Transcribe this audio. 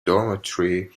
dormitory